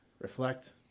reflect